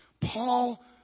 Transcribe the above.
Paul